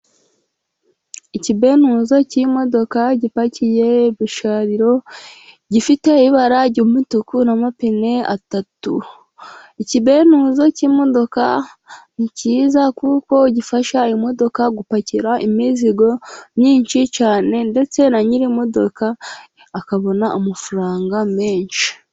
Ikibenuza cy'imodoka gipakiye ibishariro, gifite ibara ry'umutuku n'amapine atatu. Ikibenuza cy'imodoka ni cyiza, kuko gifasha imodoka gupakira imizigo myinshi cyane, ndetse na nyirimodoka akabona amafaranga menshi.